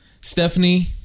Stephanie